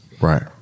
Right